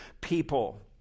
people